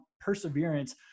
perseverance